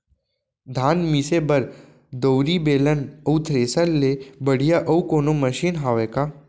धान मिसे बर दउरी, बेलन अऊ थ्रेसर ले बढ़िया अऊ कोनो मशीन हावे का?